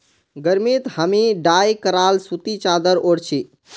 गर्मीत हामी डाई कराल सूती चादर ओढ़ छि